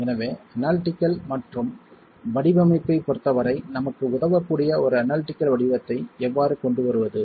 எனவே அனலிடிகள் மற்றும் வடிவமைப்பைப் பொருத்தவரை நமக்கு உதவக்கூடிய ஒரு அனலிடிகள் வடிவத்தை எவ்வாறு கொண்டு வருவது